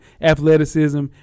Athleticism